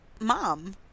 mom